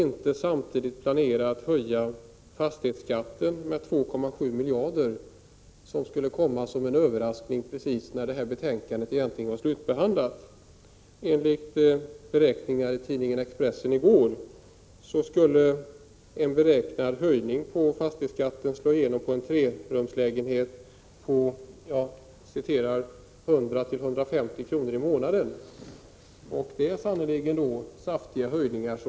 Nu planerade man att höja fastighetsskatten med 2,7 miljarder men lät detta komma som en överraskning när betänkandet egentligen var slutbehandlat. Enligt beräkningar i tidningen Expressen i går skulle den föreslagna höjningen av fastighetsskatten slå igenom på en trerumslägenhet med ” 100-150 kr. i månaden”. Det är sannerligen fråga om kraftiga höjningar.